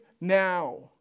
now